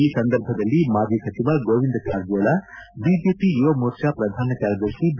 ಈ ಸಂದರ್ಭದಲ್ಲಿ ಮಾಜಿ ಸಚಿವರಾದ ಗೋವಿಂದ್ ಕಾರಜೋಳ ಬಿಜೆಪಿ ಯುವಮೋರ್ಚಾ ಪ್ರಧಾನ ಕಾರ್ಯದರ್ಶಿ ಬಿ